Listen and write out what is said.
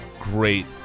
great